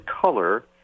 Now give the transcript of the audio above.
color